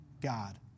God